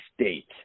State